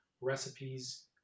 recipes